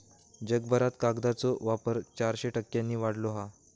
जगभरात कागदाचो वापर चारशे टक्क्यांनी वाढलो हा